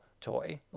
toy